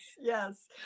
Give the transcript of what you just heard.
yes